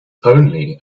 only